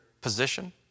position